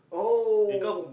oh